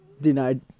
denied